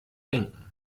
denken